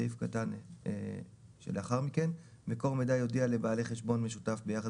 סעיף קטן שלאחר מכן: "מקור המידע יודיע לבעלי חשבון משותף ביחד